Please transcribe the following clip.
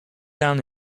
down